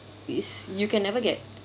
it is you can never get